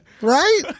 Right